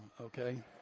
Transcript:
okay